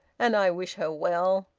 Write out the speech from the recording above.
and i wish her well!